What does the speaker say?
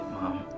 Mom